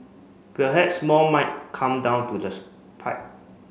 perhaps more might come down to the pike